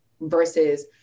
versus